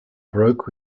broke